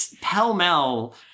pell-mell